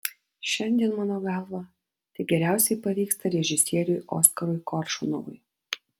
šiandien mano galva tai geriausiai pavyksta režisieriui oskarui koršunovui